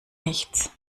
nichts